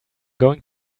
going